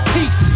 Peace